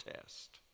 test